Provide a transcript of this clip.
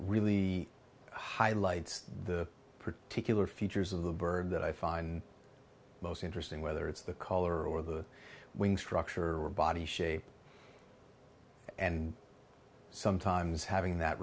really highlights the particular features of the bird that i find most interesting whether it's the color or the wing structure or body shape and sometimes having that